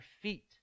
feet